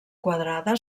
quadrada